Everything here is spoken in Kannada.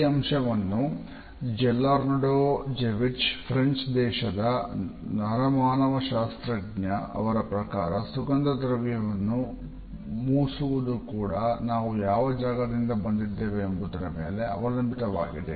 ಈ ಅಂಶವನ್ನು ಜೆಲೆನಾಜೋರ್ಡಾಜೆವಿಚ್ ಫ್ರೆಂಚ್ ದೇಶದ ನಾರಾಮಾನವಶಾಸ್ತ್ರಜ್ನ್ಯಾಅವರಪ್ರಕಾರ ಸುಗಂಧದ್ರವ್ಯವನ್ನುಮೂಸುವುದು ಕೂಡ ನಾವು ಯಾವ ಜಾಗದಿಂದ ಬಂದಿದ್ದೇವೆ ಎಂಬುದರ ಮೇಲೆ ಅವಲಂಬಿತವಾಗಿದೆ